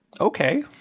Okay